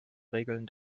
regeln